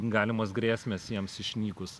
galimos grėsmės jiems išnykus